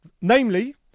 namely